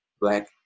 black